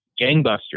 gangbusters